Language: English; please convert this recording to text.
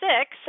six